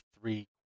three